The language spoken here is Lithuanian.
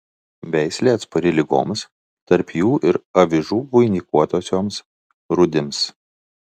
veislė atspari ligoms tarp jų ir avižų vainikuotosioms rūdims